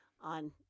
on